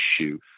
issue